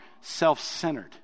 self-centered